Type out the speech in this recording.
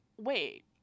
wait